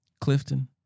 Clifton